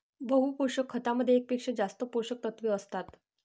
बहु पोषक खतामध्ये एकापेक्षा जास्त पोषकतत्वे असतात